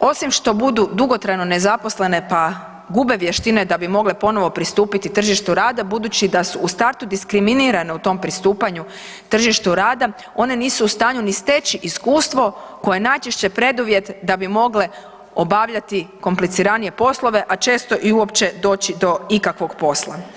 osim što budu dugotrajno nezaposlene pa gube vještine da bi mogle ponovno pristupiti tržištu rada budući da su u startu diskriminirane u tom pristupanju tržištu rada, one nisu u stanju niti steći iskustvo koje je najčešće preduvjet da bi mogle obavljati kompliciranije poslove, a često i uopće doći do ikakvog posla.